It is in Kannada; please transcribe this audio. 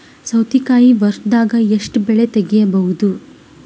ಸೌತಿಕಾಯಿ ವರ್ಷದಾಗ್ ಎಷ್ಟ್ ಬೆಳೆ ತೆಗೆಯಬಹುದು?